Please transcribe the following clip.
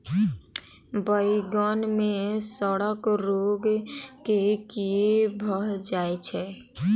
बइगन मे सड़न रोग केँ कीए भऽ जाय छै?